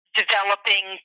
developing